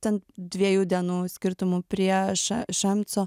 ten dviejų dienų skirtumu prie š šemco